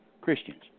Christians